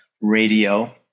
radio